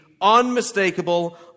unmistakable